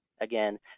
Again